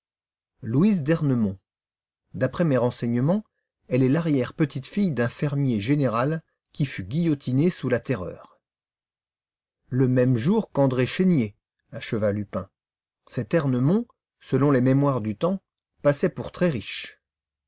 louise d'ernemont d'après mes renseignements elle est larrière petite fille d'un fermier général qui fut guillotiné sous la terreur le même jour qu'andré chénier acheva lupin cet ernemont selon les mémoires du temps passait pour très riche